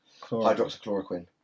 hydroxychloroquine